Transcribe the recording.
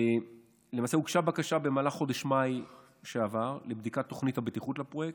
למעשה הוגשה בקשה במהלך חודש מאי שעבר לבדיקת תוכנית הבטיחות בפרויקט.